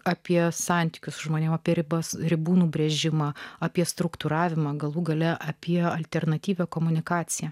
apie santykius žmonių apie ribas ribų nubrėžimą apie struktūravimą galų gale apie alternatyvią komunikaciją